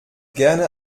gerne